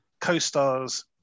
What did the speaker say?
co-stars